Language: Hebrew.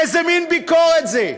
איזה מין ביקורת זו?